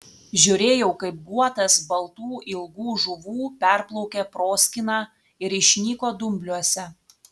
žiūrėjau kaip guotas baltų ilgų žuvų perplaukė proskyną ir išnyko dumbliuose